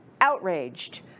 outraged